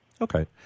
Okay